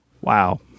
Wow